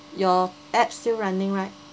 your apps still running right